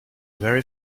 very